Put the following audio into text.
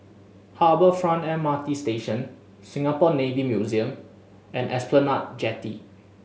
Harbour Front M R T Station Singapore Navy Museum and Esplanade Jetty